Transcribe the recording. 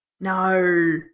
No